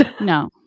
No